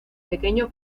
pequeño